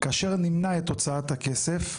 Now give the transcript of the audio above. כאשר נמנע את הוצאת הכסף,